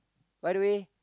by the way